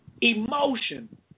Emotion